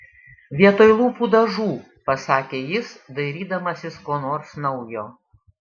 vietoj lūpų dažų pasakė jis dairydamasis ko nors naujo